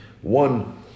one